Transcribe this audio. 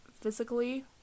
Physically